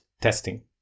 testing